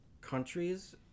countries